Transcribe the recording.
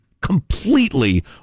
completely